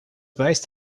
based